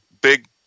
big